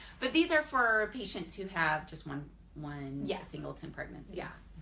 but these are for patients who have just one one yeah singleton pregnancy yeah.